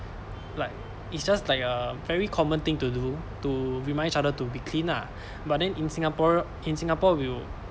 like it's just like a very common thing to do to remind each other to be clean ah but then in singapore in singapore will